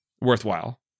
worthwhile